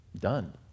done